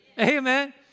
amen